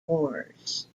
wars